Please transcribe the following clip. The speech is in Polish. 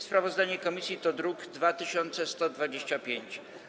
Sprawozdanie komisji to druk nr 2125.